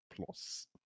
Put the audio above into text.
plus